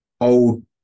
old